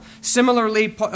Similarly